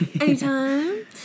Anytime